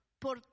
por